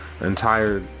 entire